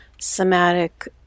somatic